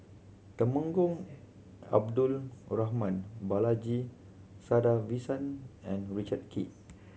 Temenggong Abdul Rahman Balaji Sadasivan and Richard Kee